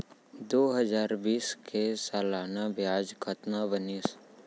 दू हजार बीस के सालाना ब्याज कतना बनिस?